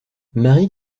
marie